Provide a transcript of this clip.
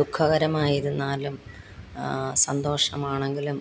ദുഖകരമായിരുന്നാലും സന്തോഷമാണെങ്കിലും